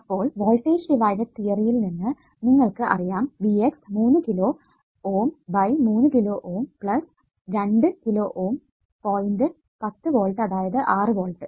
അപ്പോൾ voltage divided തിയറത്തിൽ നിന്ന് നിങ്ങൾക്ക് അറിയാം V x 3 kilo Ω by 3 kilo Ω 2 kilo Ω point 10 volt അതായത് 6 വോൾട്ട്